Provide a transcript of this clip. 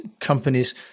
companies